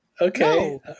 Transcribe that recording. Okay